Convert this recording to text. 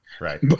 Right